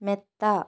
മെത്ത